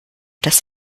das